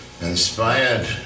inspired